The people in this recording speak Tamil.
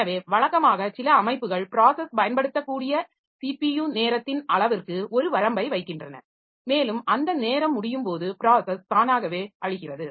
எனவே வழக்கமாக சில அமைப்புகள் ப்ராஸஸ் பயன்படுத்தக்கூடிய ஸிபியு நேரத்தின் அளவிற்கு ஒரு வரம்பை வைக்கின்றன மேலும் அந்த நேரம் முடியும்போது ப்ராஸஸ் தானாகவே அழிகிறது